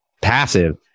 passive